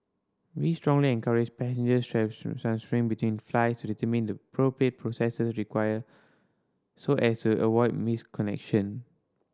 we strongly encourage passengers between flights to determine the appropriate processes required so as to avoid missed connection